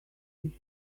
see